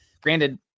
Granted